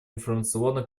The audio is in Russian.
информационно